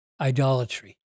idolatry